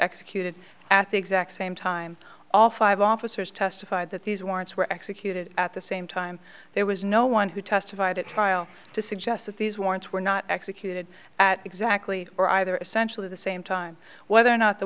executed at the exact same time all five officers testified that these warrants were executed at the same time there was no one who testified at trial to suggest that these warrants were not executed at exactly or either essentially the same time whether or not the